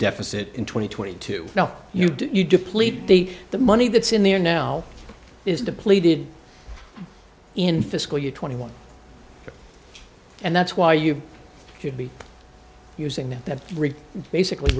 deficit in twenty twenty two now you do you deplete the the money that's in there now is depleted in fiscal year twenty one and that's why you should be using that basically